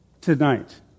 tonight